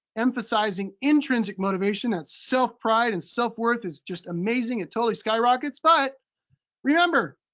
emphasizing intrinsic motivation. that self-pride and self-worth is just amazing. it totally sky rockets. but remember,